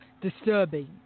disturbing